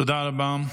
תודה רבה,